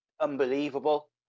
unbelievable